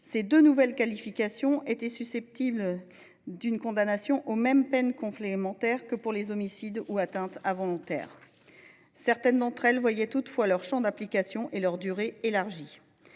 Ces deux nouvelles qualifications étaient susceptibles d’une condamnation aux mêmes peines complémentaires que pour les homicides ou atteintes involontaires. Certaines d’entre elles voyaient toutefois leur champ d’application et leur durée élargie.